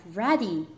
ready